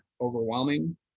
overwhelming